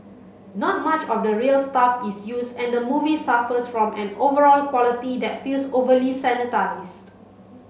not much of the real stuff is used and the movie suffers from an overall quality that feels overly sanitised